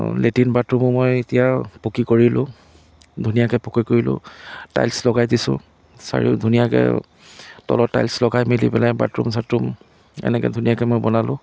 latrine বাৰ্থৰুমো মই এতিয়া পকী কৰিলোঁ ধুনীয়াকৈ পকী কৰিলোঁ টাইলছ লগাই দিছোঁ চাৰিও ধুনীয়াকৈ তলত টাইলছ লগাই মেলি পেলাই বাৰ্থৰুম চাৰ্থৰুম এনেকৈ ধুনীয়াকৈ মই বনালোঁ